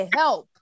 help